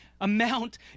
amount